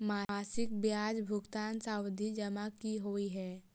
मासिक ब्याज भुगतान सावधि जमा की होइ है?